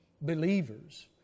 Believers